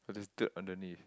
cause there's dirt underneath